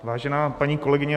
Vážená paní kolegyně